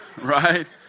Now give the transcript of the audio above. right